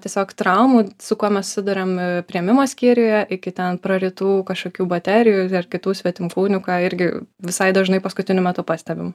tiesiog traumų su kuo mes susiduriam priėmimo skyriuje iki ten prarytų kažkokių baterijų ar kitų svetimkūnių ką irgi visai dažnai paskutiniu metu pastebim